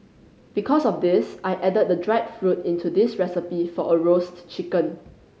because of this I added the dried fruit into this recipe for a roast chicken